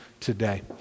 today